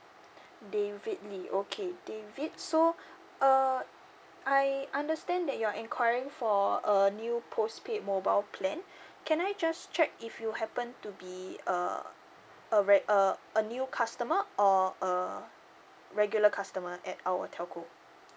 david lee okay david so uh I understand that you're inquiring for a new postpaid mobile plan can I just check if you happen to be uh a reg~ uh a new customer or a regular customer at our telco